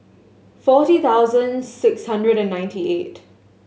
forty thousand six hundred and ninety eight